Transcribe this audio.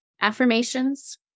affirmations